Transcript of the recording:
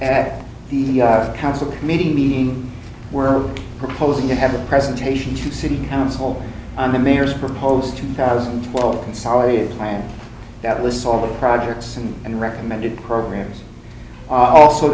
at the council meeting meeting we're proposing to have a presentation to city council on the mayor's proposed two thousand and twelve consolidated plan that lists all the projects and and recommended programs a